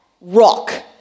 rock